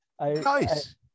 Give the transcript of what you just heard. Nice